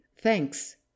thanks